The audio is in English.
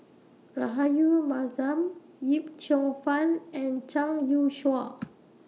Rahayu Mahzam Yip Cheong Fun and Zhang Youshuo